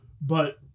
but-